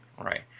Right